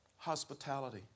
hospitality